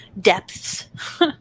depths